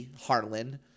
Harlan